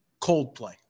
Coldplay